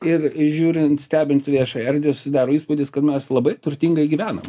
ir žiūrint stebint viešąją erdvę susidaro įspūdis kad mes labai turtingai gyvenam